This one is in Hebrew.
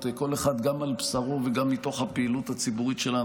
כל אחד גם על בשרו וגם מתוך הפעילות הציבורית שלנו.